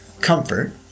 comfort